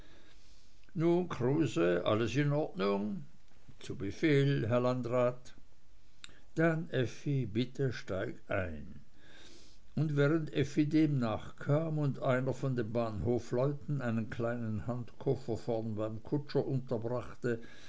kruse alles in ordnung zu befehl herr landrat dann effi bitte steig ein und während effi dem nachkam und einer von den bahnhofsleuten einen kleinen handkoffer vorn beim kutscher unterbrachte